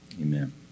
amen